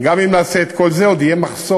גם אם נעשה את כל זה עדיין יהיה מחסור,